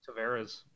Taveras